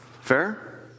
Fair